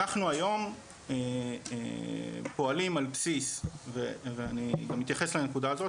אנחנו היום פועלים על בסיס ואני גם מתייחס לנקודה הזאת,